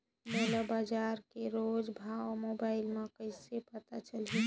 मोला बजार के रोज भाव मोबाइल मे कइसे पता चलही?